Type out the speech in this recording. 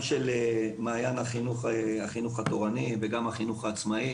עם מעיין החינוך התורני וגם עם החינוך העצמאי.